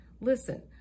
Listen